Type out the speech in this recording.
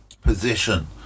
position